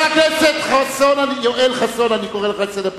אני קורא אותך לסדר,